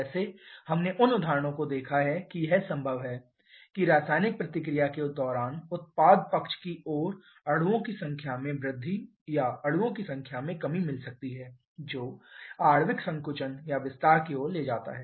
जैसे हमने उन उदाहरणों को देखा है कि यह संभव है कि रासायनिक प्रतिक्रिया के दौरान उत्पाद पक्ष की ओर अणुओं की संख्या में वृद्धि या अणुओं की संख्या में कमी मिल सकती हैं जो आणविक संकुचन या विस्तार की ओर ले जाता है